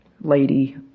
lady